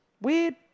Weird